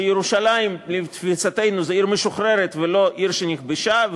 שירושלים לתפיסתנו זו עיר משוחררת ולא עיר שנכבשה,